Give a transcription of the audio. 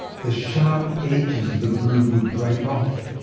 the sharp edges of the groove would break off,